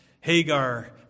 Hagar